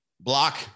block